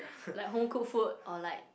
like home cooked food or like